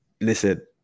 listen